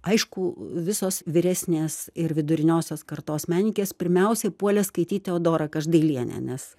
aišku visos vyresnės ir viduriniosios kartos menininkės pirmiausiai puolė skaityt teodorą každailienę nes